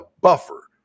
buffer